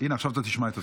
הינה, עכשיו תשמע את עצמך.